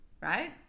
right